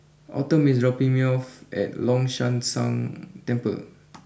autumn is dropping me off at long Shan Tang Temple